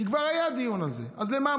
כי כבר היה דיון על זה, אז למה?